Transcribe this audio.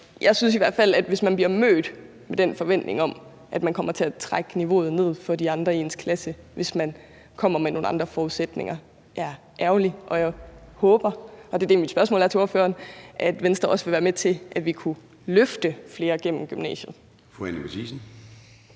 Jeg synes i hvert fald, det er ærgerligt, hvis man bliver mødt med den forventning, at man kommer til at trække niveauet ned for de andre i ens klasse, fordi man kommer med nogle andre forudsætninger, og jeg håber – og det er det, mit spørgsmål til ordføreren handler om – at Venstre også vil være med til, at vi kan løfte flere gennem gymnasiet. Kl. 11:24 Formanden